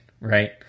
right